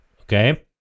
okay